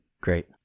Great